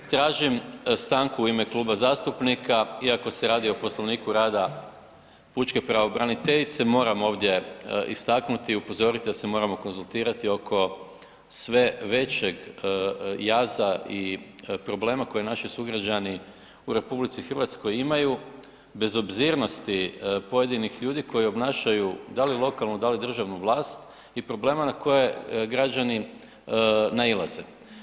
Tražim stanku u ime kluba zastupnika iako se radi o Poslovniku rada pučke pravobraniteljice moram ovdje istaknuti i upozoriti da se moramo konzultirati oko sve većeg jaza i problema koje naši sugrađani u RH imaju, bezobzirnosti pojedinih ljudi koji obnašaju da li lokalnu, da li državnu vlast i problema na koje građani nailaze.